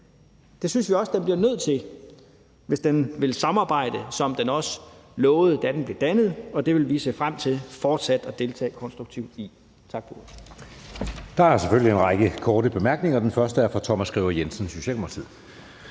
Det synes vi også den bliver nødt til, hvis den vil samarbejde, som den også lovede, da den blev dannet, og det vil vi se frem til fortsat at deltage konstruktivt i. Tak for ordet.